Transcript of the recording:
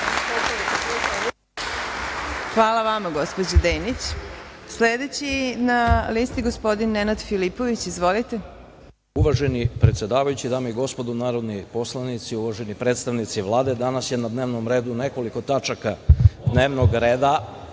Hvala vama gospođo Denić. Sledeći na listi je gospodin Nenad Filipović. Izvolite. **Nenad Filipović** Uvaženi predsedavajući, dame i gospodo narodni poslanici, uvaženi predstavnici Vlade, danas je na dnevnom redu nekoliko tačaka dnevnog reda,